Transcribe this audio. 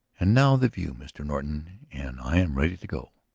and now the view, mr. norton, and i am ready to go.